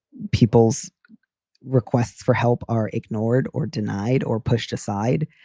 people's requests for help are ignored or denied or pushed aside.